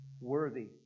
Worthy